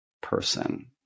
person